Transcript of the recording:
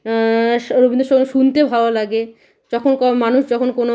স রবীন্দ্র সঙ্গীত শুনতে ভালো লাগে যখন ক মানুষ যখন কোনো